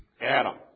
Adam